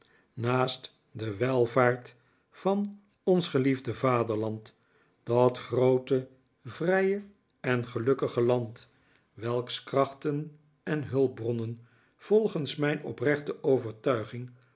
naast de welvaart van ons geliefde vaderland dat groote vrije en gelukkige land welks krachten en hulpbronnen volgens mijn oprechte overtuiging